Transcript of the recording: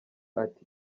ati